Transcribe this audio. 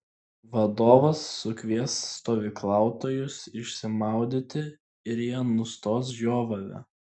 vadovas sukvies stovyklautojus išsimaudyti ir jie nustos žiovavę